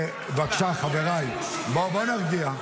בבקשה, חבריי, בואו נרגיע.